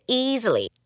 easily